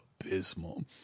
abysmal